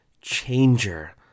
changer